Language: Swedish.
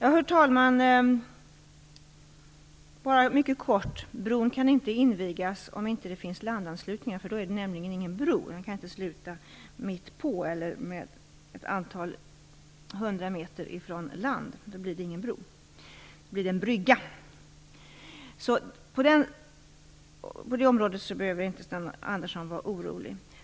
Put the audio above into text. Herr talman! Bron kan inte invigas om det inte finns landanslutningar, då är det nämligen inte någon bro. Den kan inte sluta ett antal hundra meter från land. Då blir det ingen bro. Då blir det en brygga. På det området behöver inte Sten Andersson vara orolig.